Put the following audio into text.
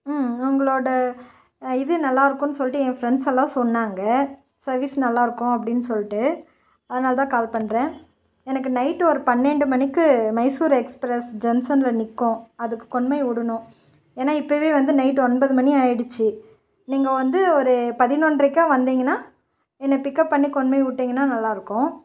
ம் உங்களோட இது நல்லாருக்கும் சொல்லிட்டு என் ஃப்ரெண்ட்ஸ் எல்லாம் சொன்னாங்க சர்வீஸ் நல்லாருக்கும் அப்படின் சொல்லிட்டு அதனால தான் கால் பண்ணுறன் எனக்கு நைட் ஒரு பன்னெண்டு மணிக்கு மைசூர் எக்ஸ்ப்ரஸ் ஜங்சனில் நிற்கும் அதுக்கு கொண்டு போய்விடணும் ஏன்னா இப்போவே வந்து நைட் ஒன்பது மணி ஆயிடுச்சு நீங்கள் வந்து ஒரு பதினொன்ரைக்கா வந்திங்கனா என்ன பிக்கப் பண்ணி கொண்டு போயிவிட்டிங்கனா நல்லாருக்கும்